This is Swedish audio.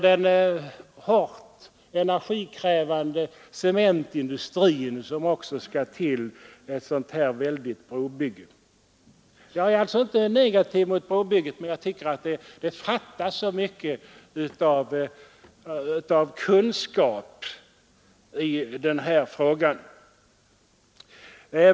Den hårt energikrävande cementindustrin kommer också in i sammanhanget vid ett sådant här väldigt brobygge. Jag är inte negativ mot brobygget, men jag tycker att det fattas så mycken kunskap i frågan.